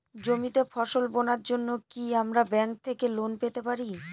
জমিতে ফসল বোনার জন্য কি আমরা ব্যঙ্ক থেকে লোন পেতে পারি?